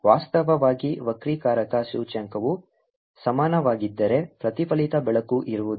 ವಾಸ್ತವವಾಗಿ ವಕ್ರೀಕಾರಕ ಸೂಚ್ಯಂಕವು ಸಮಾನವಾಗಿದ್ದರೆ ಪ್ರತಿಫಲಿತ ಬೆಳಕು ಇರುವುದಿಲ್ಲ